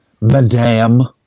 madam